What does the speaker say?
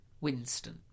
Winston